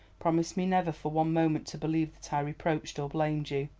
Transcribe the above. promise me never for one moment to believe that i reproached or blamed you.